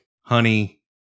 honey